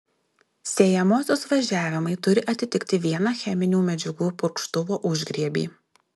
sėjamosios važiavimai turi atitikti vieną cheminių medžiagų purkštuvo užgriebį